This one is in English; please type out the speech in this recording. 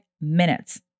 minutes